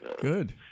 Good